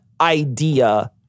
idea